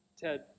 Ted